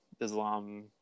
Islam